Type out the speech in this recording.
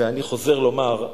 ואני חוזר לומר,